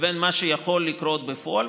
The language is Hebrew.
לבין מה שיכול לקרות בפועל.